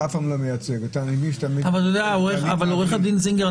אתה אף פעם לא מייצג --- עורך דין זינגר,